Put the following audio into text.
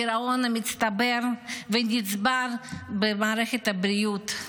הגירעון המצטבר ונצבר במערכת הבריאות,